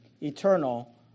eternal